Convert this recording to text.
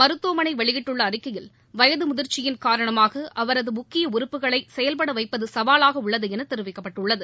மருத்துவமனை வெளியிட்டுள்ள அறிக்கையில் வயது முதிர்ச்சியின் காரணமாக அவரது முக்கிய உறுப்புக்களை செயல்பட வைப்பது சவாலாக உள்ளது என தெரிவிக்கப்பட்டுள்ளது